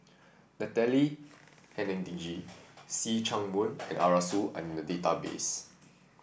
Natalie Hennedige See Chak Mun and Arasu are in the database